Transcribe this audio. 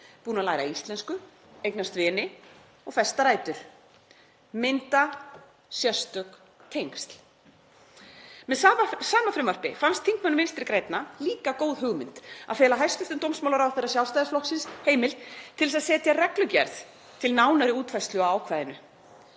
búin að læra íslensku, eignast vini og festa rætur, mynda sérstök tengsl. Með sama frumvarpi fannst þingmönnum Vinstri grænna líka góð hugmynd að fela hæstv. dómsmálaráðherra Sjálfstæðisflokksins heimild til að setja reglugerð til nánari útfærslu á ákvæðinu.